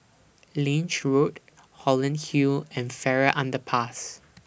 Lange Road Holland Hill and Farrer Underpass